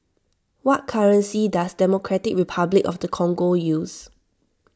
what currency does Democratic Republic of the Congo use